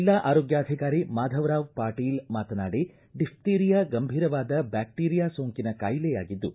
ಜಿಲ್ಲಾ ಆರೋಗ್ಲಾಧಿಕಾರಿ ಮಾಧವರಾವ್ ಪಾಟೀಲ್ ಮಾತನಾಡಿ ಡಿಫ್ಟೀರಿಯಾ ಗಂಭೀರವಾದ ಬ್ಯಾಕ್ಷೀರಿಯಾ ಸೋಂಕಿನ ಕಾಯಿಲೆಯಾಗಿದ್ದು